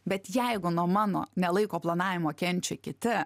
bet jeigu nuo mano nelaiko planavimo kenčia kiti